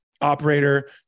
Operator